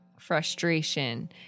frustration